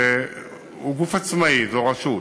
שהיא גוף עצמאי, זו רשות.